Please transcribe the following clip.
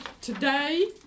today